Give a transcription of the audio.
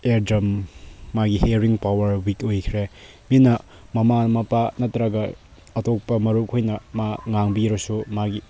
year drum ꯃꯥꯒꯤ hearing power weak ꯑꯣꯏꯈ꯭ꯔꯦ ꯃꯤꯅ ꯃꯃꯥ ꯃꯄꯥ ꯅꯠꯇ꯭ꯔꯒ ꯑꯇꯣꯞꯄ ꯃꯔꯨꯞꯈꯣꯏꯅ ꯃꯥ ꯉꯥꯡꯕꯤꯔꯁꯨ ꯃꯥꯒꯤ